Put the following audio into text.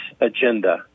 agenda